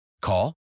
Call